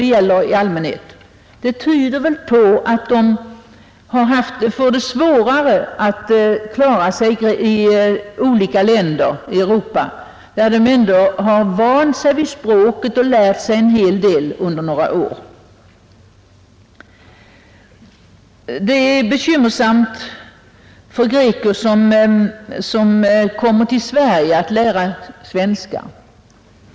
Detta tyder väl på att de skulle ha mindre svårigheter att klara sig i andra länder i Europa, där de ändå har vant sig vid språket och under några år lärt sig en hel del. Det är vidare svårt för greker som kommer till Sverige att lära sig svenska.